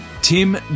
Tim